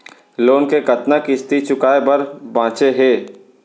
Loan के कतना किस्ती चुकाए बर बांचे हे?